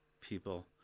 people